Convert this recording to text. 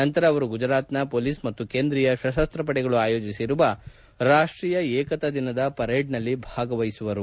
ನಂತರ ಅವರು ಗುಜರಾತ್ನ ಪೊಲೀಸ್ ಮತ್ತು ಕೇಂದ್ರೀಯ ಸಶಸ್ತ್ರ ಪಡೆಗಳು ಆಯೋಜಿಸಿರುವ ರಾಷ್ಟೀಯ ಏಕತಾ ದಿನ ಪರೇಡ್ನಲ್ಲಿ ಭಾಗವಹಿಸುವರು